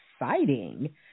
exciting